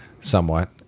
somewhat